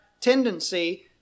tendency